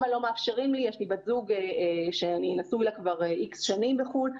יש לי בת זוג שאני נשוי לה כברX שנים בחו"ל,